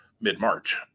mid-March